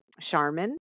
Charmin